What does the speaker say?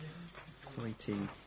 Fighting